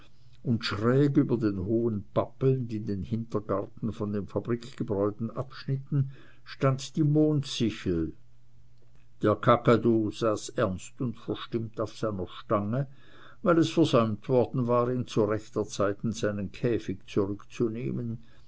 und schräg über den hohen pappeln die den hintergarten von den fabrikgebäuden abschnitten stand die mondsichel der kakadu saß ernst und verstimmt auf seiner stange weil es versäumt worden war ihn zu rechter zeit in seinen käfig zurückzunehmen